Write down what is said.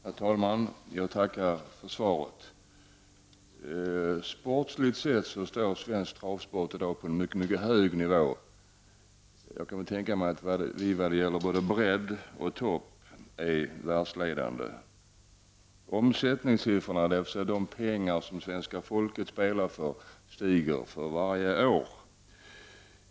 Herr talman! Jag tackar för svaret. Sportsligt sett står svensk travsport i dag på en mycket hög nivå. Jag skulle tro att vi är världsledande, i vad gäller både bredd och topp. Omsättningssiffran, dvs. de pengar som svenska folket spelar för, stiger för varje år.